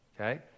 Okay